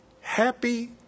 happy